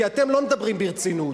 כי אתם לא מדברים ברצינות,